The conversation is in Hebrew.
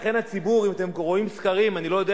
לכן הציבור, אם אתם קוראים סקרים, אני לא יודע